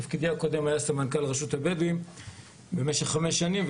בתפקידי הקודם הייתי סמנכ"ל רשות הבדואים במשך חמש שנים,